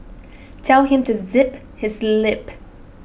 tell him to zip his lip